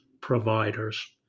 providers